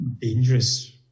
dangerous